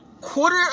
Quarter